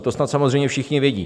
To snad samozřejmě všichni vědí.